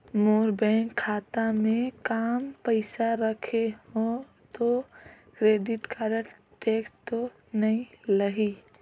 मोर bank खाता मे काम पइसा रखे हो तो क्रेडिट कारड टेक्स तो नइ लाही???